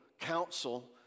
counsel